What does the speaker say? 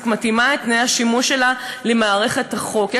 מתאימה את תנאי השימוש שלה למערכת החוק בה.